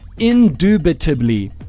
Indubitably